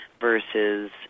versus